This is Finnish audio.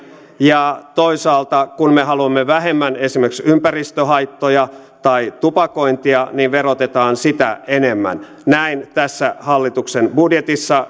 ja toisaalta kun me haluamme vähemmän esimerkiksi ympäristöhaittoja tai tupakointia niin verotetaan sitä enemmän näin tässä hallituksen budjetissa